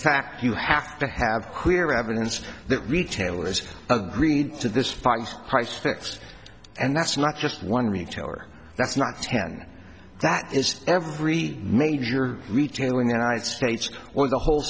fact you have to have clear evidence that retailers agreed to this five price fix and that's not just one retailer that's not ten that is every major retailer in the united states or the whole